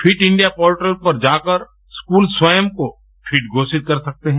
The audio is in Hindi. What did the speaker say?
फिट इंडिया पोर्टल पर जाकर स्काल खयं को फिट घोषित कर सकते हैं